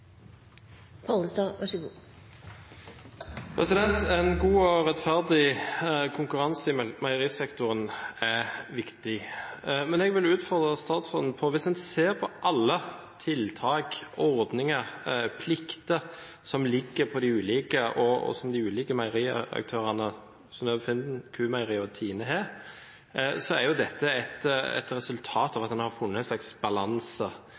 er noe jeg vil utfordre statsråden på. Hvis en ser på alle tiltak, ordninger og plikter som de ulike meieriaktørene – Synnøve Finden, Q-Meieriene og TINE – har, er dette et resultat av at en har funnet en slags balanse